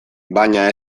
baina